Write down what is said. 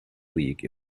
league